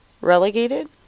Relegated